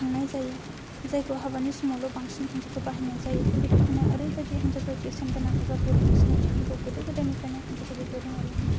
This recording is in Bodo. थांनाय जायो जायखौ हाबानि समावल' बांसिन हिनजावफ्रा बाहायनाय जायो बे दख'नाया ओरैबायदि बेसेन गोनां एबा बर'नि सिनायथि बेखौ गोदो गोदायनिफ्रायनो हिन्जावखौ देलायहोनानै